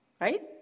right